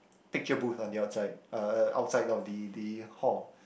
picture booth on the outside uh uh outside of the the hall